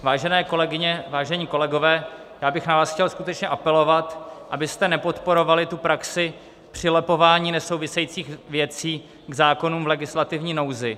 Vážené kolegyně, vážení kolegové, já bych na vás chtěl skutečně apelovat, abyste nepodporovali praxi přilepování nesouvisejících věcí k zákonům v legislativní nouzi.